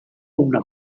una